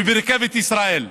וברכבת ישראל.